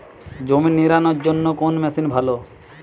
জমি নিড়ানোর জন্য কোন মেশিন ভালো?